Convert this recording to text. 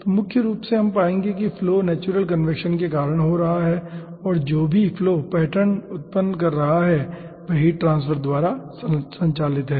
तो मुख्य रूप से हम पाएंगे कि फ्लो नेचुरल कन्वेक्शन के कारण हो रहा है और जो भी फ्लो पैटर्न उत्पन्न कर रहा है वह हीट ट्रांसफर द्वारा संचालित है